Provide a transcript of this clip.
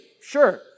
sure